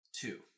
Two